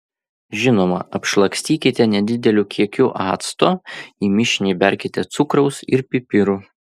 žinoma apšlakstykite nedideliu kiekiu acto į mišinį įberkite cukraus ir pipirų